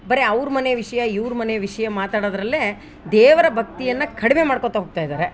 ಬರೇ ಅವ್ರ ಮನೆ ವಿಷಯ ಇವ್ರ ಮನೆ ವಿಷಯ ಮಾತಾಡೋದರಲ್ಲೇ ದೇವರ ಭಕ್ತಿಯನ್ನ ಕಡಿಮೆ ಮಾಡ್ಕೋತ ಹೋಗ್ತಾ ಇದಾರೆ